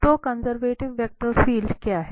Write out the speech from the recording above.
तो conservative vector field क्या है